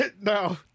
no